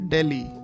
Delhi